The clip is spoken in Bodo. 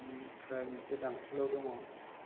बेनिफ्राय मोनसे दांत'लाव दङ